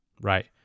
right